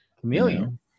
chameleon